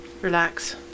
relax